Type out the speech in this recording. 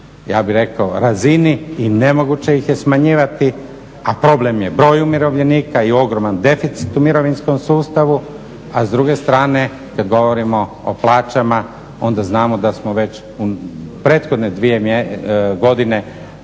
ja bih rekao razini i nemoguće ih je smanjivati, a problem je broj umirovljenika i ogroman deficit u mirovinskom sustavu. A s druge strane kad govorimo o plaćama onda znamo da smo već u prethodne dvije godine